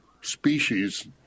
species